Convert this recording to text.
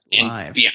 live